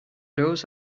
doors